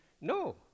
No